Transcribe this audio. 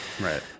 Right